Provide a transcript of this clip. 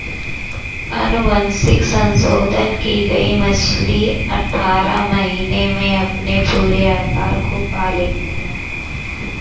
अनुवांशिक संशोधन की गई मछली अठारह महीने में अपने पूरे आकार को पा लेती है